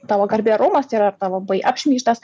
tavo garbė orumas tai yra ar tu buvai apšmeižtas